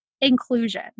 inclusion